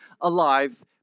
alive